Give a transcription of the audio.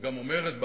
היא גם אומרת באחת,